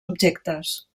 objectes